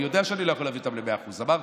אני יודע שאני לא יכול להביא אותם ל-100%, אמרתי.